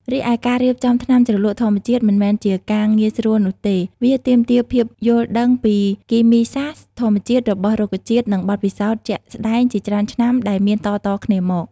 រីឯការរៀបចំថ្នាំជ្រលក់ធម្មជាតិមិនមែនជាការងាយស្រួលនោះទេ វាទាមទារភាពយល់ដឹងពីគីមីសាស្ត្រធម្មជាតិរបស់រុក្ខជាតិនិងបទពិសោធន៍ជាក់ស្តែងជាច្រើនឆ្នាំដែលមានតៗគ្នាមក។